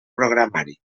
programari